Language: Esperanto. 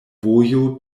vojo